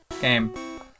game